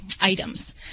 items